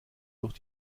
durch